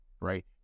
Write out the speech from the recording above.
right